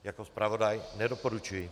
Jako zpravodaj nedoporučuji.